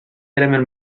element